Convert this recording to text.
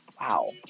Wow